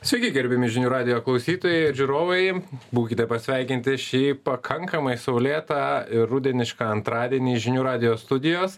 sveiki gerbiami žinių radijo klausytojai ir žiūrovai būkite pasveikinti šį pakankamai saulėtą ir rudenišką antradienį iš žinių radijo studijos